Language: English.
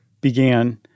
began